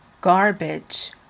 garbage